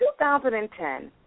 2010